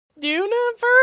universe